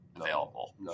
available